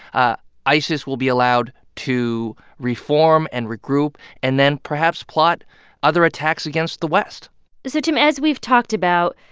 ah isis will be allowed to re-form and regroup and then perhaps plot other attacks against the west so tim, as we've talked about,